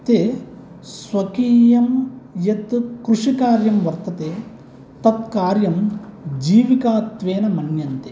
ते स्वकीयं यत् कृषिकार्यं वर्तते तत्कार्यं जीविकात्वेन मन्यन्ते